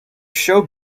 show